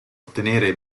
ottenere